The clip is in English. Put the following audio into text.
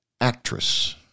actress